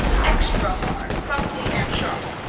extra-hard, crumbly and sharp.